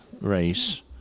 race